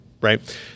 Right